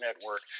network